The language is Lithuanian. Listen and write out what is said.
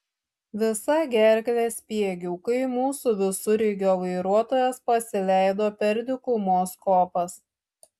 visa gerkle spiegiau kai mūsų visureigio vairuotojas pasileido per dykumos kopas